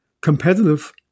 competitive